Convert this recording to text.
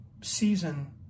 season